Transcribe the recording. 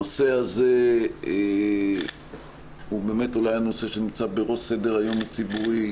הנושא הזה הוא באמת אולי הנושא שנמצא בראש סדר היום הציבורי.